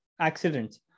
accidents